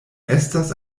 estas